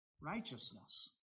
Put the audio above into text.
righteousness